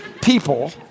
people